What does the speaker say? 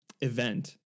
event